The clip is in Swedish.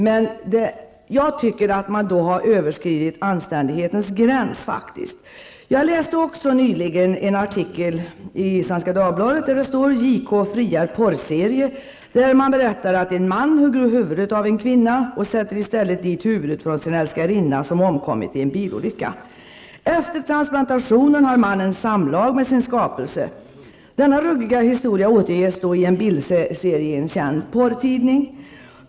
Men jag tycker att man här har överskridit anständighetens gräns. Jag läste nyligen en artikel i Svenska Dagbladet med rubriken JK friar porrserie. Av artikeln framgår det att: ''En man hugger huvudet av en kvinna och sätter i stället dit huvudet från sin älskarinna, som omkommit i en bilolycka. Efter transplantationen har mannen samlag med sin skapelse. Denna ruggiga historia återges i en bildserie i ett nummer av porrtidningen Svenska Hustler.